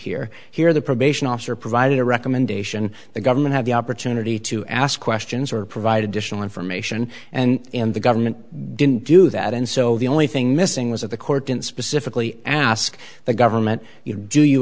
here here the probation officer provided a recommendation the government had the opportunity to ask questions or provide additional information and the government didn't do that and so the only thing missing was of the court didn't specifically ask the government you do you